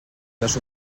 les